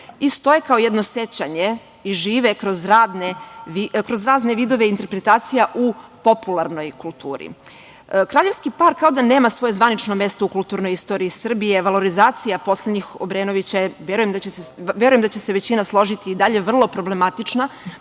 i stoje kao jedno sećanje i žive kroz razne vidove interpretacija u popularnoj kulturi. Kraljevski park kao da nema svoje zvanično mesto u kulturnoj istoriji Srbije. Valorizacija poslednjih Obrenovića je, verujem da će se većina složiti, i dalje vrlo problematična